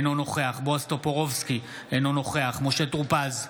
אינו נוכח בועז טופורובסקי, אינו נוכח משה טור פז,